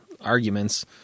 arguments